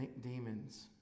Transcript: demons